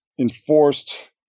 enforced